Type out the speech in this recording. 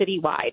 citywide